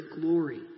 glory